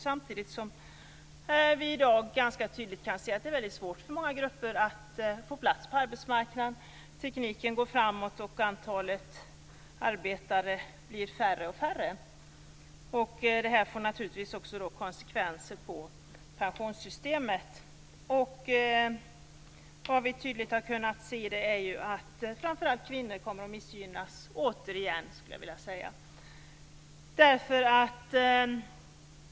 Samtidigt kan vi i dag ganska tydligt se att det är mycket svårt för många grupper att få plats på arbetsmarknaden. Tekniken går framåt, och antalet arbetare blir färre och färre. Det får naturligtvis också konsekvenser för pensionssystemet. Det vi tydligt har kunnat se är att framför allt kvinnor kommer att missgynnas, återigen, skulle jag vilja säga.